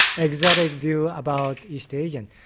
exotic view about east asians.